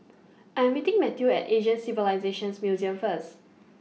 I'm meeting Matthew At Asian Civilisations Museum First